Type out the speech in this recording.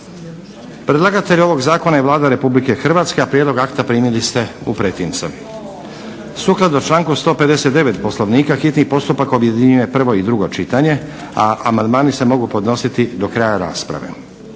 Predlagatelj ovog Zakona je Vlada Republike Hrvatske, a prijedlog akta primili ste u pretince. Sukladno članku 159. Poslovnika hitni postupak objedinjuje prvo i drugo čitanje, a amandmani se mogu podnositi do kraja rasprave.